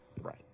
Right